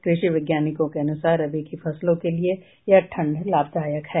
कृषि वैज्ञानिकों के अनुसार रबी की फसलों के लिए यह ठंड लाभदायक है